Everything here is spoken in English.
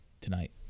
Tonight